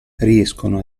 riescono